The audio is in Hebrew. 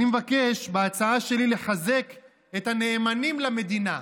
אני מבקש בהצעה שלי לחזק את הנאמנים למדינה,